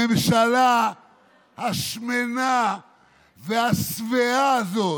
הממשלה השמנה והשבעה הזאת,